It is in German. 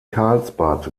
karlsbad